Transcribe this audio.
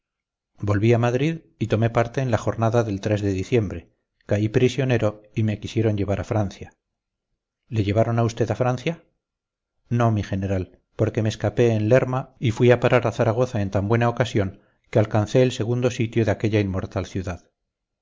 volví a madrid y tomé parte en la jornada del de diciembre caí prisionero y me quisieron llevar a francia le llevaron a usted a francia no mi general porque me escapé en lerma y fui a parar a zaragoza en tan buena ocasión que alcancé el segundo sitio de aquella inmortal ciudad